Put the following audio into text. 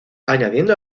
añadiendo